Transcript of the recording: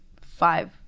five